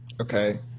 Okay